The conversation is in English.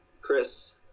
chris